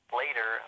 later